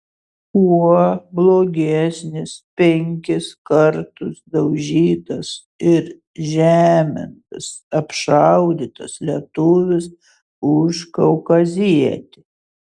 kuo blogesnis penkis kartus daužytas ir žemintas apšaudytas lietuvis už kaukazietį